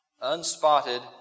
unspotted